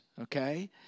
okay